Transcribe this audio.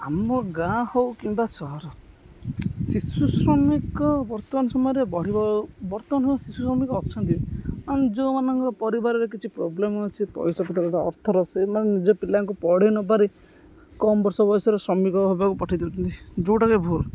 ଆମ ଗାଁ ହଉ କିମ୍ବା ସହର ଶିଶୁ ଶ୍ରମିକ ବର୍ତ୍ତମାନ ସମୟରେ ବଢ଼ିବ ବର୍ତ୍ତମାନ ହଉ ଶିଶୁ ଶ୍ରମିକ ଅଛନ୍ତି ଯେଉଁମାନଙ୍କ ପରିବାରରେ କିଛି ପ୍ରୋବ୍ଲେମ ଅଛି ପଇସା ପତର ଅର୍ଥର ସେଇମାନେ ନିଜ ପିଲାଙ୍କୁ ପଢ଼ାଇ ନ ପାରି କମ୍ ବର୍ଷ ବୟସରେ ଶ୍ରମିକ ହବାକୁ ପଠାଇ ଦେଉଛନ୍ତି ଯେଉଁଟାକି ଭୁଲ